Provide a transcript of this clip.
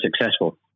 successful